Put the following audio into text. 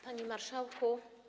Panie Marszałku!